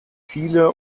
viele